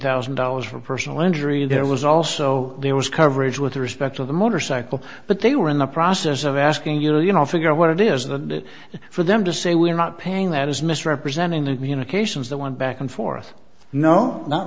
thousand dollars for personal injury and it was also there was coverage with respect to the motorcycle but they were in the process of asking you to you know figure out what it is that for them to say we're not paying that is misrepresenting the unifications that went back and forth no not